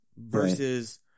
versus